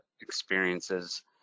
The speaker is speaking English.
experiences